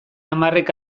hamarrek